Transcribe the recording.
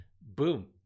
boom